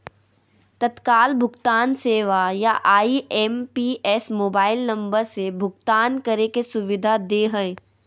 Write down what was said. तत्काल भुगतान सेवा या आई.एम.पी.एस मोबाइल नम्बर से भुगतान करे के सुविधा दे हय